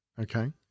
Okay